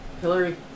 Hillary